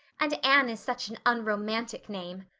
and anne is such an unromantic name.